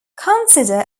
consider